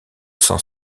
sens